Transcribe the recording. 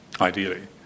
ideally